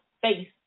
face